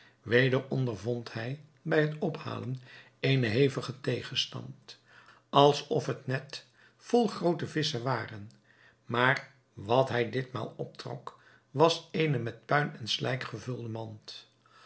weder ondervond hij bij het ophalen eenen hevigen tegenstand als of het net vol groote visschen ware maar wat hij dit maal optrok was eene met puin en slijk gevulde mand